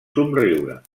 somriure